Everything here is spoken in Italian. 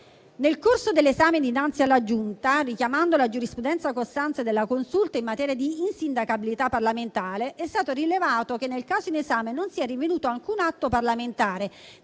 Nel corso dell'esame dinanzi alla Giunta, richiamando la giurisprudenza costante della Consulta in materia di insindacabilità parlamentare, è stato rilevato che nel caso in esame non si è rinvenuto alcun atto parlamentare,